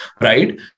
right